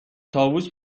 طاووس